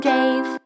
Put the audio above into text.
Dave